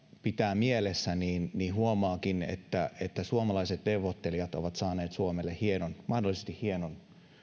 pitää mielessä niin niin huomaakin että että suomalaiset neuvottelijat ovat saaneet suomelle mahdollisesti hienon